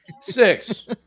Six